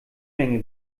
menge